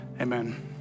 amen